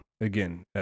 again